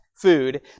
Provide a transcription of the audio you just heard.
food